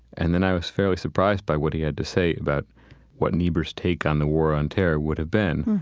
and then i was fairly surprised by what he had to say about what niebuhr's take on the war on terror would have been